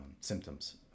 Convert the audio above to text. symptoms